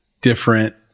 different